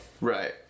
Right